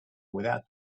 without